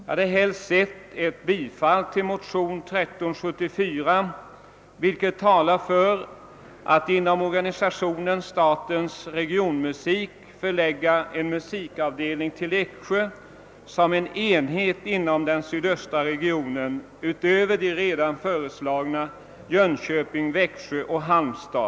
Jag hade helst sett att riksdagen bifallit motionen II: 1374, eftersom starka skäl talar för att inom den nya organisationen förlägga en musikavdelning till Eksjö som en enhet inom den sydöstra regionen utöver de redan föreslagna: Jönköping, Växjö och Halmstad.